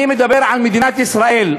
אני מדבר על מדינת ישראל,